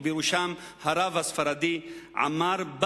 ובראשם הרב ספרדי עמאר,